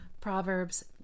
Proverbs